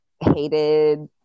hated